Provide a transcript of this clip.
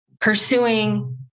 pursuing